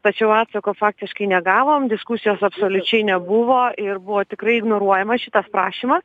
tačiau atsako faktiškai negavom diskusijos absoliučiai nebuvo ir buvo tikrai ignoruojama šitas prašymas